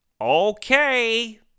Okay